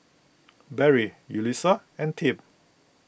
Barry Yulissa and Tim